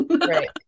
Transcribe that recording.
Right